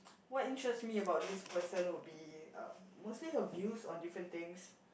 what interest me about this person would be um mostly her views on different things